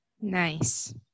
Nice